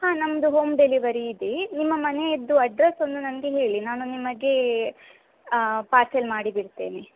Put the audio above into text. ಹಾಂ ನಮ್ಮದು home delivery ಇದೆ ನಿಮ್ಮ ಮನೆಯದ್ದು ಅಡ್ರೆಸ್ ಒಂದು ನನಗೆ ಹೇಳಿ ನಾನು ನಿಮಗೆ ಪಾರ್ಸೆಲ್ ಮಾಡಿಬಿಡ್ತೇನೆ